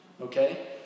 okay